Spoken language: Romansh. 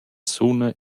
suna